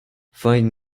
find